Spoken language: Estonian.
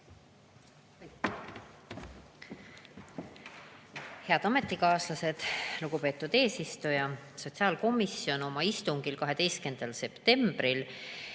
Head ametikaaslased! Lugupeetud eesistuja! Sotsiaalkomisjon valmistas oma 12. septembri